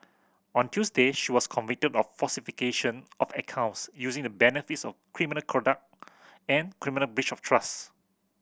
on Tuesday she was convicted of falsification of accounts using the benefits of criminal conduct and criminal breach of trust